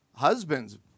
Husbands